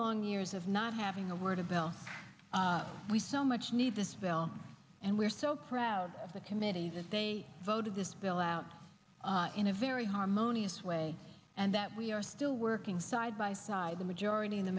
long years of not having a word a bill we so much need to spell and we're so proud of the committee that they voted this bill out in a very harmonious way and that we are still working side by side the majority